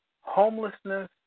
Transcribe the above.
homelessness